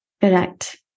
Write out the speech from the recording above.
Correct